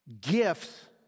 gifts